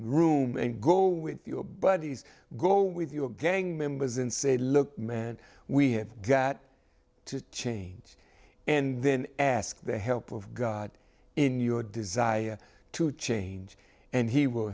room and go with your buddies go with your gang members and say look man we have got to change and then ask the help of god in your desire to change and he will